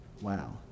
Wow